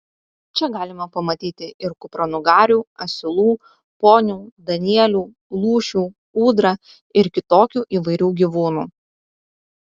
čia galima pamatyti ir kupranugarių asilų ponių danielių lūšių ūdrą ir kitokių įvairių gyvūnų